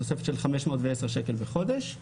היינו תוספת של 510 שקלים בחודש,